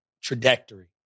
trajectory